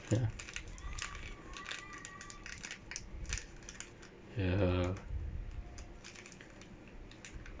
ya ya